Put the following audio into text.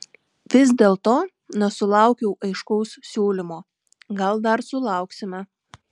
vis dėlto nesulaukiau aiškaus siūlymo gal dar sulauksime